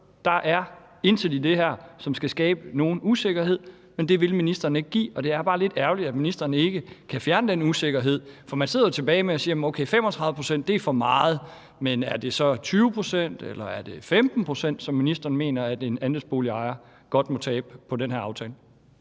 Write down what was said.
der er intet i det her, som skal skabe nogen usikkerhed. Men det vil ministeren ikke gøre, og det er bare lidt ærgerligt, at ministeren ikke kan fjerne den usikkerhed, for man sidder tilbage og siger: Okay, 35 pct. er for meget, men er det så 20 pct., eller er det 15 pct., som ministeren mener at en andelsboligejer godt må tabe på den her aftale?